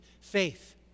faith